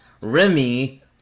Remy